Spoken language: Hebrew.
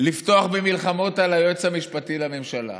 לפתוח במלחמות על היועץ המשפטי לממשלה,